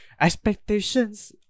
expectations